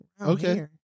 Okay